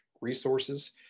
resources